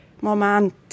Moment